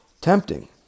Tempting